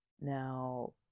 Now